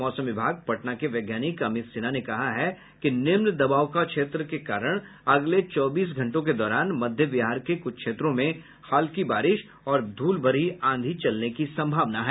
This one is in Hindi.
मौसम विभाग पटना के वैज्ञानिक अमित सिन्हा ने कहा कि निम्न दबाव के क्षेत्र के कारण अगले चौबीस घंटों के दौरान मध्य बिहार के कुछ क्षेत्रों में हल्की बारिश और ध्रल भरी आंधी चलने की संभावना है